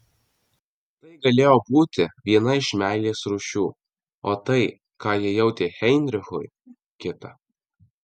tai galėjo būti viena iš meilės rūšių o tai ką ji jautė heinrichui kita